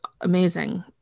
amazing